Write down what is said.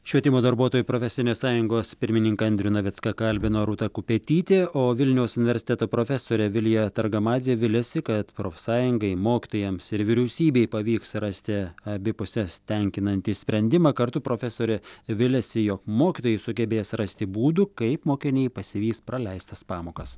švietimo darbuotojų profesinės sąjungos pirmininką andrių navicką kalbino rūta kupetytė o vilniaus universiteto profesorė vilija targamadzė viliasi kad profsąjungai mokytojams ir vyriausybei pavyks rasti abi puses tenkinantį sprendimą kartu profesorė viliasi jog mokytojai sugebės rasti būdų kaip mokiniai pasivys praleistas pamokas